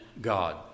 God